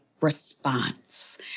response